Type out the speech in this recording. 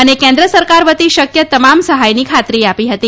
અને કેન્દ્ર સરકારવતી શક્ય તમામ સહાયની ખાતરી આદી હતી